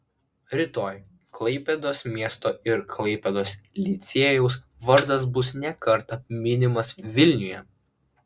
rytoj klaipėdos miesto ir klaipėdos licėjaus vardas bus ne kartą minimas vilniuje